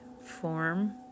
form